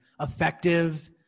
effective